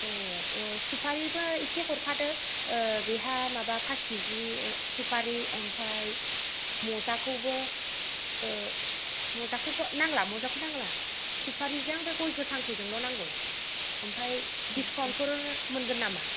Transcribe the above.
ए औ सुफारिफोर एसे हरफादो बेहा माबा फास केजि सुफारि ओमफ्राय मजाखौबो मजाखौबो नांला मजाखौ नांला सुफारिजों बे गय गोथांखौजोंल' नांगौ ओमफ्राय डिसकाउन्टफोर मोनगोन नामा